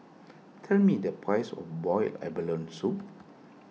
tell me the price of Boiled Abalone Soup